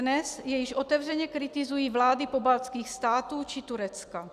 Dnes je již otevřeně kritizují vlády pobaltských států či Turecka.